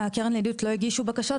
קרן הידידות לא הגישו בקשות,